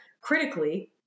critically